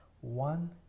One